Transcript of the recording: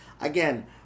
again